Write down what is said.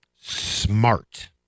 smart